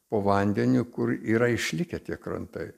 po vandeniu kur yra išlikę tie krantai